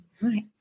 right